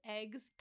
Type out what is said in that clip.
eggs